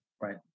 Right